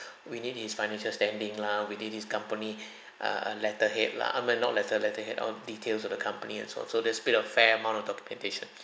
we need his financial standing lah we need this company err letterhead lah I mean not letter letterhead or details of the company and sort so there's a bit a fair amount of documentation